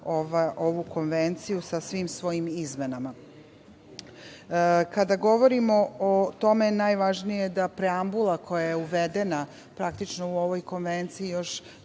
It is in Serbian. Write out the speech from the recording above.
ovu Konvenciju sa svim svojim izmenama. Kada govorimo o tome, najvažnije je da preambula koja je uvedena, praktično u ovoj Konvenciji još